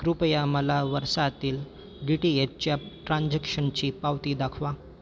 कृपया मला वर्षातील डी टी एचच्या ट्रान्झॅक्शनची पावती दाखवा